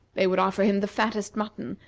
they would offer him the fattest mutton,